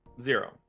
Zero